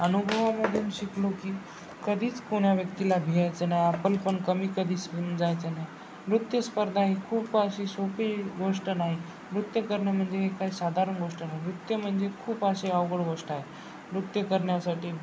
अनुभवामधून शिकलो की कधीच कोण्या व्यक्तीला भ्यायचं नाही आपलं पण कमी कधीच होऊन जायचं नाही नृत्यस्पर्धा ही खूप अशी सोपी गोष्ट नाही नृत्य करणं म्हणजे हे काही साधारण गोष्ट नाही नृत्य म्हणजे खूप अशी अवघड गोष्ट आहे नृत्य करण्यासाठी